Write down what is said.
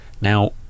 Now